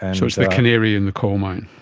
and so it's the canary in the coalmine.